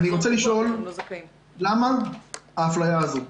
אני רוצה לשאול למה האפליה הזו.